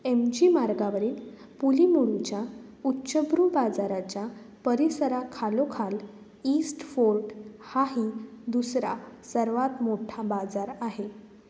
M G मार्गावरील पुलीमुडूच्या उच्चभ्रू बाजाराच्या परिसरा खालोखाल ईस्ट फोर्ट हा ही दुसरा सर्वात मोठा बाजार आहे